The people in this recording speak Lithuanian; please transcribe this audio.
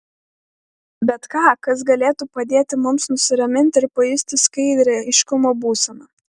bet ką kas galėtų padėti mums nusiraminti ir pajusti skaidrią aiškumo būseną